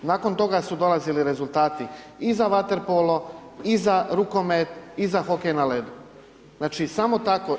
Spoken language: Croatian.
Nakon toga su dolazili rezultati i za vaterpolo i za rukomet i za hokej na ledu, znači samo tako.